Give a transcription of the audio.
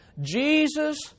Jesus